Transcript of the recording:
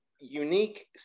unique